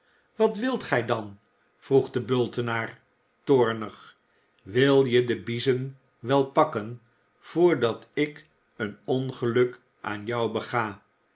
wat wilt gij dan vroeg de bultenaar toornig wil je de biezen wel pakken voordat ik een ongeluk aan jou bega